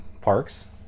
parks